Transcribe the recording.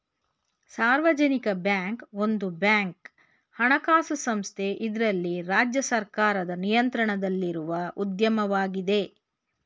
ಸಾರ್ವಜನಿಕ ಬ್ಯಾಂಕ್ ಒಂದು ಬ್ಯಾಂಕ್ ಹಣಕಾಸು ಸಂಸ್ಥೆ ಇದ್ರಲ್ಲಿ ರಾಜ್ಯ ಸರ್ಕಾರದ ನಿಯಂತ್ರಣದಲ್ಲಿರುವ ಉದ್ಯಮವಾಗಿದೆ